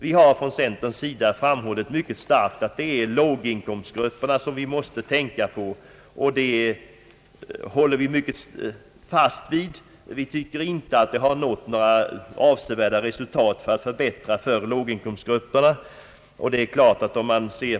Vi har från centern mycket starkt framhållit att det är låginkomstgrupperna vi måste tänka på, och det håller vi fast vid. Låginkomstgruppernas förhållanden har inte förbättrats.